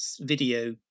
video